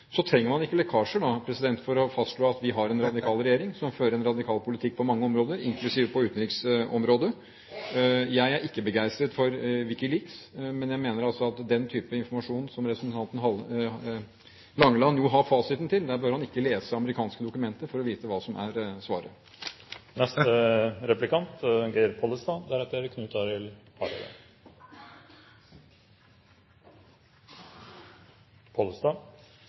Så trenger man nå ikke lekkasjer for å fastslå at vi har en radikal regjering som fører en radikal politikk på mange områder, inklusiv utenriksområdet. Jeg er ikke begeistret for WikiLeaks, men jeg mener altså at når det gjelder den type informasjon som representanten Langeland jo har fasiten til, behøver han ikke lese amerikanske dokumenter for å vite hva som er svaret.